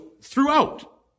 throughout